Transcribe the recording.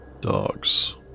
dogs